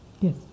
Yes